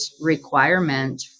requirement